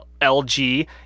LG